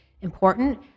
important